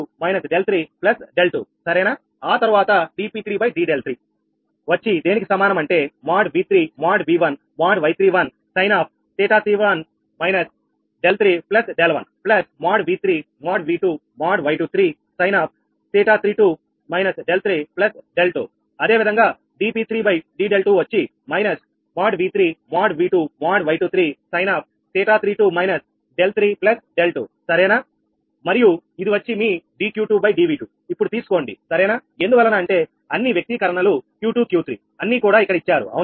ఆ తర్వాత dp3d∂3వచ్చి దేనికి సమానం అంటే |𝑉3||𝑉1||𝑌31| sin𝜃31 - 𝛿3 𝛿1 ప్లస్ |𝑉3||𝑉2||𝑌23| sin𝜃32 - 𝛿3 𝛿2 అదేవిధంగా dp3d∂2 వచ్చి మైనస్ |𝑉3||𝑉2||𝑌23| sin𝜃32 - 𝛿3 𝛿2 సరేనా మరియు ఇది వచ్చి మీ dQ2dV2 ఇప్పుడు తీసుకోండి సరేనా ఎందువలన అంటే అన్ని వ్యక్తీకరణలు Q2Q3 అన్నీ కూడా ఇక్కడ ఇచ్చారు అవునా